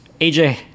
AJ